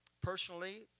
Personally